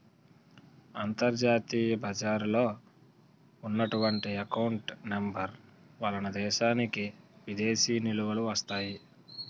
అంతర్జాతీయ బజారులో ఉన్నటువంటి ఎకౌంట్ నెంబర్ వలన దేశానికి విదేశీ నిలువలు వస్తాయి